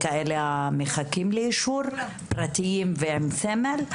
וכאלה שמחכים לאישור פרטיים ועם סמל,